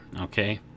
okay